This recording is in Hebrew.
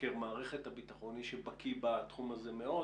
מבקר מערכת הביטחון, מי שבקי בתחום הזה מאוד.